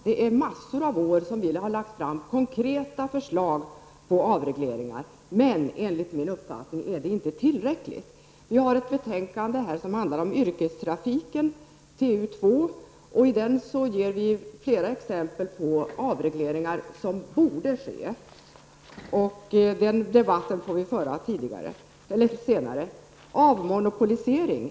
Vi har under ett stort antal år lagt fram konkreta förslag till avregleringar, men enligt min uppfattning är det inte tillräckligt. I betänkandet om yrkestrafiken, TU2, ger vi flera exempel på avregleringar som borde ske. Den debatten får vi föra senare. Det finns vidare behov av avmonopolisering.